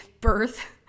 birth